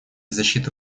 защиты